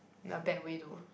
in a bad way though